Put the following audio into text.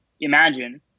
imagine